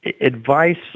advice